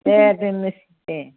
दे दोननोसै दे